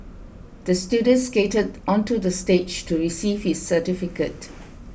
the student skated onto the stage to receive his certificate